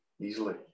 easily